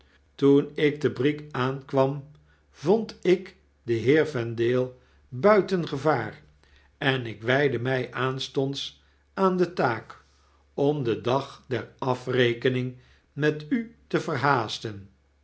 toen ik te brieg aankwam vond ik den heer vendale buiten gevaar en ik wydde my aanstonds aan de taak om den dag der afrekening met u te